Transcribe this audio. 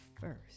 first